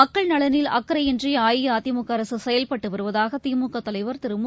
மக்கள் நலனில் அக்கறையின்றி அஇஅதிமுக அரசு செயல்பட்டு வருவதாக திமுக தலைவர் திரு மு